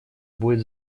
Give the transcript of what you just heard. будет